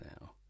now